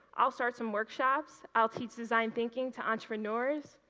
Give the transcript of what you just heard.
i'll start some workshops, i'll teach design thinking to entrepreneurs,